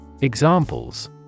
Examples